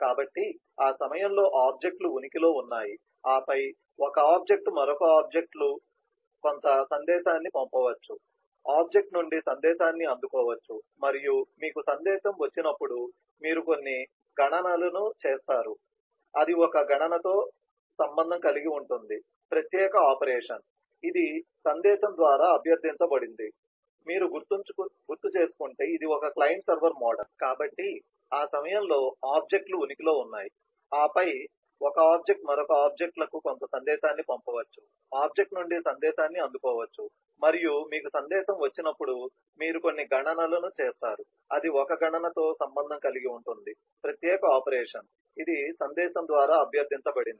కాబట్టి ఆ సమయంలో ఆబ్జెక్ట్ లు ఉనికిలో ఉన్నాయి ఆపై ఒక ఆబ్జెక్ట్ మరొక ఆబ్జెక్ట్ లు కు కొంత సందేశాన్ని పంపవచ్చు ఆబ్జెక్ట్ నుండి సందేశాన్ని అందుకోవచ్చు మరియు మీకు సందేశం వచ్చినప్పుడు మీరు కొన్ని గణనలను చేస్తారు అది ఒక గణనతో సంబంధం కలిగి ఉంటుంది ప్రత్యేక ఆపరేషన్ ఇది సందేశం ద్వారా అభ్యర్థించబడింది